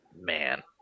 Man